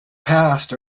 past